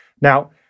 Now